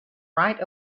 right